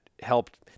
helped